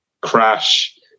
crash